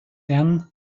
then